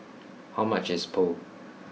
how much is Pho